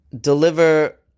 deliver